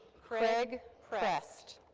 craig prest.